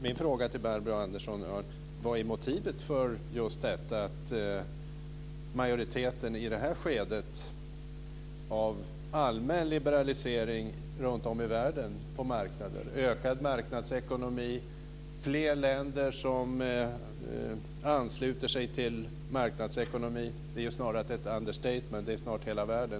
Min fråga till Barbro Andersson Öhrn är: Vad är motivet för att majoriteten i det här skedet av allmän liberalisering runtom i världen inte ansluter sig till en ökad marknadsekonomi? Alltfler länder ansluter sig till marknadsekonomi. Det gäller snart hela världen. Det är ju snarast ett understatement.